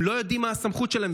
הם לא יודעים מה הסמכות שלהם,